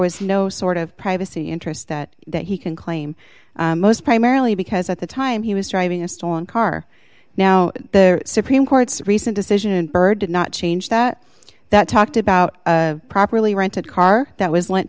was no sort of privacy interest that that he can claim most primarily because at the time he was driving a stolen car now the supreme court's recent decision byrd did not change that that talked about a properly rented car that was lent